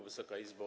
Wysoka Izbo!